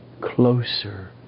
closer